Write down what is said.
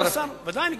אני גומר.